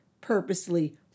purposely